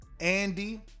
Andy